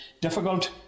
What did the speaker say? difficult